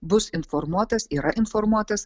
bus informuotas yra informuotas